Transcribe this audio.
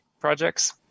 projects